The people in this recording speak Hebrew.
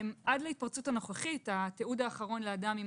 עד להתפרצות הנוכחית התיעוד האחרון לאדם עם